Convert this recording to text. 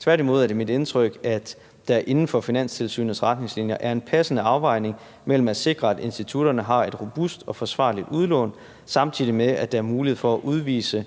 Tværtimod er det mit indtryk, at der inden for Finanstilsynets retningslinjer er en passende afvejning mellem at sikre, at institutterne har et robust og forsvarligt udlån, samtidig med at der er mulighed for at udvise